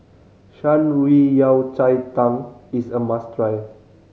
Shan Rui Yao Cai Tang is a must try